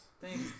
Thanks